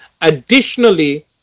Additionally